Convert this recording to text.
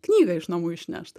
knygą iš namų išnešt